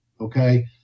Okay